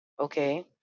okay